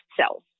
cells